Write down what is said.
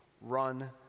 run